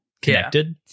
connected